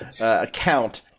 account